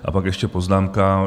A pak ještě poznámka.